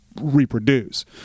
reproduce